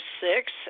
six